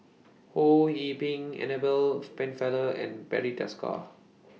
Ho Yee Ping Annabel Pennefather and Barry Desker